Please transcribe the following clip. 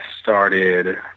started